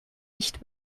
nicht